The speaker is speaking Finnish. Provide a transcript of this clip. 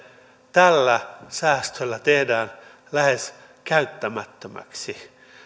tällä säästöllä tehdään lähes käyttämättömäksi tämä